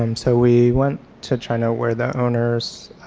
um so we went to china where the owners